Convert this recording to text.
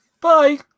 Bye